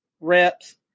reps